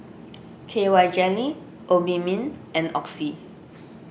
K Y jelly Obimin and Oxy